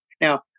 Now